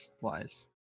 wise